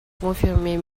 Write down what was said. confirmer